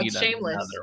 shameless